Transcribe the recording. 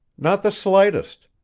not the slightest.